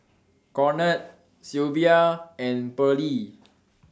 Conard Silvia and Pearle